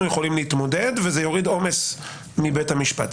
יכולים להתמודד וזה יוריד עומס מבתי המשפט.